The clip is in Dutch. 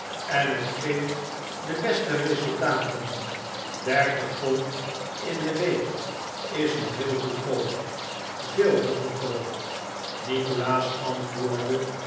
en het geeft de beste resultaten dertig pond in de week is nog heel goedkoop veel te goedkoop nikolaas antwoordde